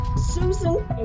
Susan